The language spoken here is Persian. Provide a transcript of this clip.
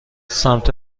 سمت